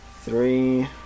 Three